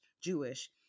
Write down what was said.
Jewish